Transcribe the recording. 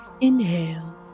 Inhale